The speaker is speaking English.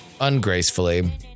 Ungracefully